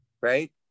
right